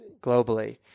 globally